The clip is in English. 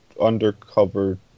undercover